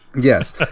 Yes